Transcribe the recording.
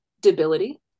debility